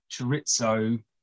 chorizo